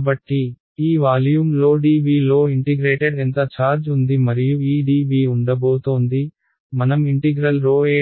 కాబట్టి ఈ వాల్యూమ్లో dv లో ఇంటిగ్రేటెడ్ ఎంత ఛార్జ్ ఉంది మరియు ఈ dv ఉండబోతోంది మనం ∫e